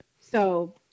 So-